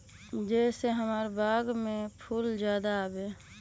जे से हमार बाग में फुल ज्यादा आवे?